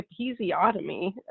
episiotomy